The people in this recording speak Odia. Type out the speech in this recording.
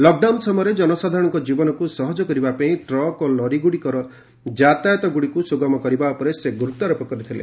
ଲକ୍ଡାଉନ ସମୟରେ ଜନସାଧାରଣଙ୍କ ଜୀବନକୁ ସହଜ କରିବା ପାଇଁ ଟ୍ରକ୍ ଓ ଲରି ଗୁଡ଼ିକର ଯାତାୟତକୁ ସୁଗମ କରିବା ଉପରେ ସେ ଗୁରୁତ୍ୱାରୋପ କରିଥିଲେ